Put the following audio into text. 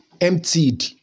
emptied